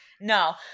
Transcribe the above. No